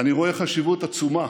אני רואה חשיבות עצומה